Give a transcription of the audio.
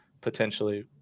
potentially